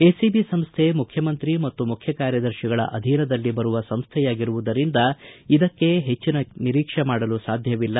ACB ಸಂಸ್ಥೆ ಮುಖ್ಯಮಂತ್ರಿ ಮತ್ತು ಮುಖ್ಯಕಾರ್ಯದರ್ಶಿಗಳ ಅಧೀನದಲ್ಲಿ ಬರುವ ಸಂಸೈಯಾಗಿರುವುದರಿಂದ ಇದರಿಂದ ಹೆಚ್ಚಿನ ಕೆಲಸ ನಿರೀಕ್ಷೆ ಮಾಡಲು ಸಾಧ್ಯವಿಲ್ಲ